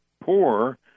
poor